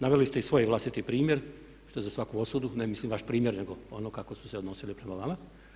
Naveli ste i svoj vlastiti primjer što je za svaku osudu, ne mislim vaš primjer nego ono kako su se odnosili prema vama.